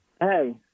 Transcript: Hey